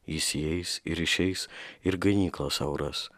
jis įeis ir išeis ir ganyklą sau ras